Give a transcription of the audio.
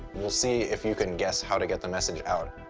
we'll see if you can guess how to get the message out.